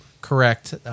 correct